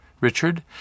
Richard